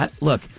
Look